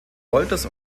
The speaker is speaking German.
wolters